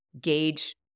gauge